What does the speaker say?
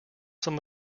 some